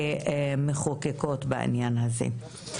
כמחוקקות בענייין הזה.